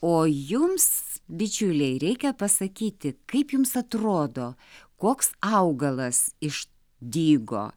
o jums bičiuliai reikia pasakyti kaip jums atrodo koks augalas iš dygo